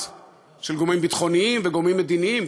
של גורמים ביטחוניים וגורמים מדיניים,